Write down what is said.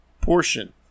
portion